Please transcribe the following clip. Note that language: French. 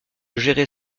gérer